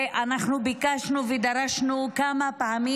אנחנו ביקשנו ודרשנו כמה פעמים,